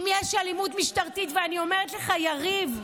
אם יש אלימות משטרתית, ואני אומרת לך, יריב,